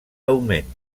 augment